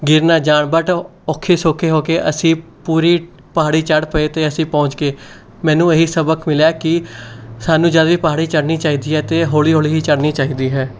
ਗਿਰ ਨਾ ਜਾਣ ਬਟ ਔਖੇ ਸੌਖੇ ਹੋ ਕੇ ਅਸੀਂ ਪੂਰੀ ਪਹਾੜੀ ਚੜ੍ਹ ਪਏ ਅਤੇ ਅਸੀਂ ਪਹੁੰਚ ਕੇ ਮੈਨੂੰ ਇਹ ਸਬਕ ਮਿਲਿਆ ਕਿ ਸਾਨੂੰ ਜਦੋਂ ਵੀ ਪਹਾੜੀ ਚੜ੍ਹਨੀ ਚਾਹੀਦੀ ਹੈ ਅਤੇ ਹੌਲ਼ੀ ਹੌਲ਼ੀ ਹੀ ਚੜ੍ਹਨੀ ਚਾਹੀਦੀ ਹੈ